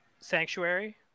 sanctuary